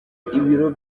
ibiro